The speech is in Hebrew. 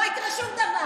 לא יקרה שום דבר.